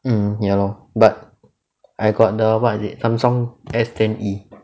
mm ya lor but I got the what is it the Samsung S ten E